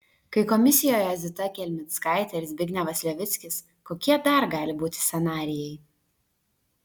kai komisijoje zita kelmickaite ir zbignevas levickis kokie dar gali būti scenarijai